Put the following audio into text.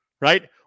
Right